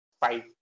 five